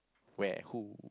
where who